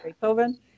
Beethoven